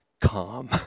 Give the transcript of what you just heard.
calm